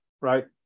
right